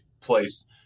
place